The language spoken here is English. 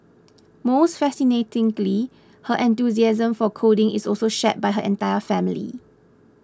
most fascinatingly her enthusiasm for coding is also shared by her entire family